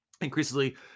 Increasingly